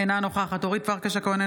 אינה נוכחת אורית פרקש הכהן,